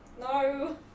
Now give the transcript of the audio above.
No